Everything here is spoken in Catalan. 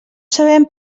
sabem